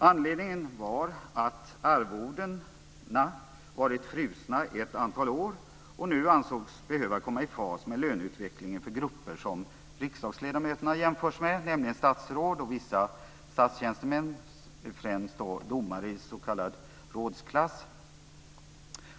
Anledningen var att arvodena varit frusna under ett antal år och nu ansågs behöva komma i fas med löneutvecklingen för grupper som riksdagsledamöterna jämförs med, nämligen statsråd och vissa statstjänstemän, främst då domare i s.k. rådsklass.